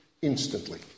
Instantly